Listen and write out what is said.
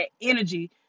energy